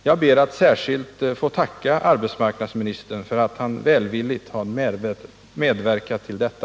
Jag ber att särskilt få tacka arbetsmarknadsministern för att han välvilligt har medverkat till detta.